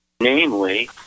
namely